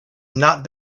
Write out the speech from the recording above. not